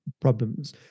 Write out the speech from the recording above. problems